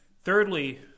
thirdly